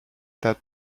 that